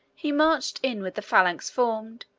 he marched in with the phalanx formed,